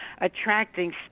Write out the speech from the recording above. attracting